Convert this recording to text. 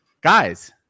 Guys